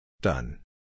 Done